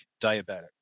diabetic